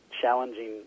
challenging